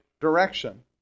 direction